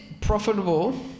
profitable